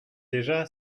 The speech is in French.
déjà